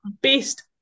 based